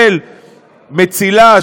של "מצילה",